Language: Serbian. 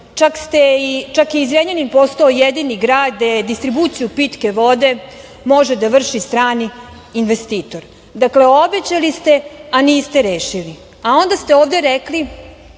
čak je i Zrenjanin postao jedini grad gde distribuciju pitke vode može da vrši strani investitor. Dakle, obećali ste, a niste rešili, a onda ste ovde rekli